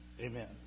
amen